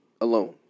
alone